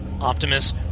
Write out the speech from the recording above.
Optimus